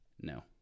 No